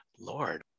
lord